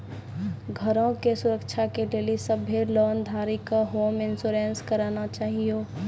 घरो के सुरक्षा के लेली सभ्भे लोन धारी के होम इंश्योरेंस कराना छाहियो